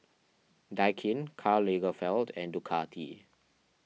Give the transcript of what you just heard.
Daikin Karl Lagerfeld and Ducati